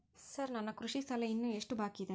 Sir ನನ್ನ ಕೃಷಿ ಸಾಲ ಇನ್ನು ಎಷ್ಟು ಬಾಕಿಯಿದೆ?